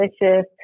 delicious